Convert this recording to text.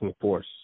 force